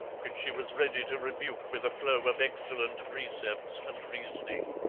which she was ready to rebuke with a flow of excellent precepts and reasoning.